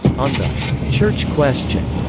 on the church question,